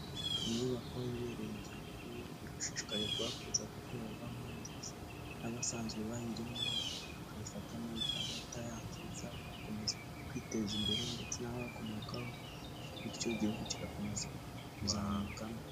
Inyubako ibereye Igihugu, irigushishikarizwa kuza gukorerwamo ndetse n'abasanzwe bayirimo bakayifata neza abatayangiza, gukomeza kwiteza imbere ndetse n'abakomokaho, bityo Igihugu kigakomeza kuzamukamo.